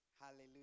Hallelujah